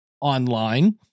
Online